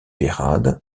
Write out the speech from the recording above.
peyrade